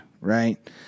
right